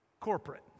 corporate